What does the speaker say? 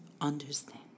understand